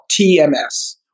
TMS